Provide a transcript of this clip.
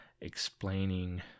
explaining